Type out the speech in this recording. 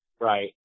Right